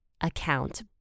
account